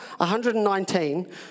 119